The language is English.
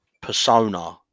persona